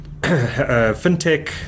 fintech